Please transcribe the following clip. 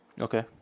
Okay